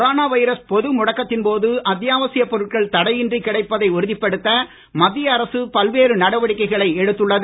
corona virus பொது முடக்கத்தின் போது அத்தியாவசியப் பொருட்கள் தடையின்றி கிடைப்பதை உறுதிப்படுத்த மத்திய அரசு பல்வேறு நடவடிக்கைகளை எடுத்துள்ளது